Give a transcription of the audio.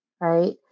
right